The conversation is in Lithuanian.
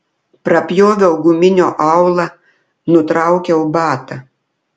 prapjoviau guminio aulą nutraukiau batą